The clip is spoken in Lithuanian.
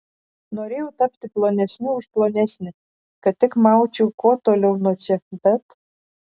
norėjau tapti plonesniu už plonesnį kad tik maučiau kuo toliau nuo čia bet